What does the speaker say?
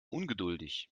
ungeduldig